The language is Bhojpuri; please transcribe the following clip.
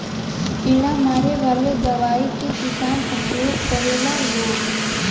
कीड़ा मारे वाला दवाई के किसान उपयोग करेला लोग